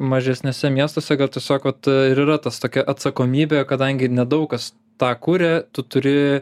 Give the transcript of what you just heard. mažesniuose miestuose gal tiesiog vat ir yra tas tokia atsakomybė kadangi nedaug kas tą kuria tu turi